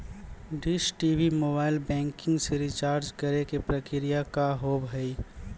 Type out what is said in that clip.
Dish TV mobile banking से recharge करे के प्रक्रिया का हाव हई?